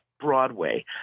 Broadway